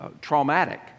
traumatic